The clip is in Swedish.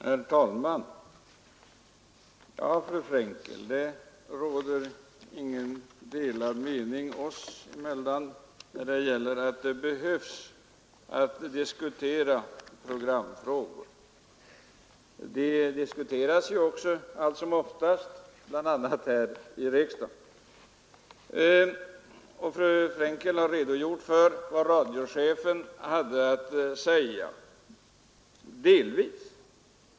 Herr talman! Det råder inga delade meningar oss emellan, fru Frenkel, om att man behöver diskutera programfrågor. Alltsomoftast diskuteras de bl.a. här i riksdagen. Fru Frenkel har åtminstone delvis redogjort för vad radioschefen hade att säga.